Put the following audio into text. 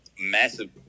massive